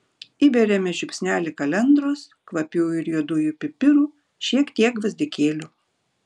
įberiame žiupsnelį kalendros kvapiųjų ir juodųjų pipirų šiek tiek gvazdikėlių